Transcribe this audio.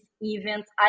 events